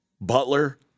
Butler